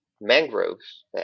mangroves